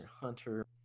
Hunter